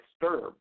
disturbed